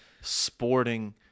sporting